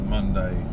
Monday